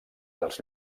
dels